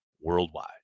worldwide